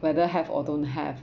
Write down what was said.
whether have or don't have